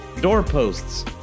doorposts